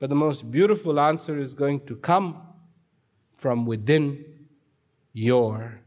but the most beautiful answer is going to come from within your